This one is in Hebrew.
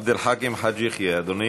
עבד אל חכים חאג' יחיא, אדוני.